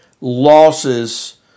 losses